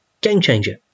game-changer